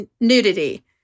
nudity